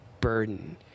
burden